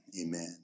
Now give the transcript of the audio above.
amen